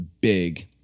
big